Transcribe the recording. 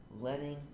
letting